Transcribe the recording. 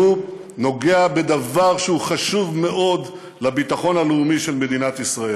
שנוגע בדבר שהוא חשוב מאוד לביטחון הלאומי של מדינת ישראל.